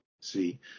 See